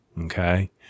Okay